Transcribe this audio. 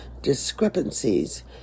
discrepancies